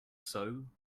sow